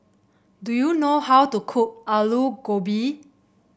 do you know how to cook Aloo Gobi